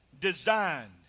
designed